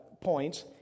points